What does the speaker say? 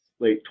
late